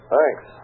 Thanks